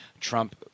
Trump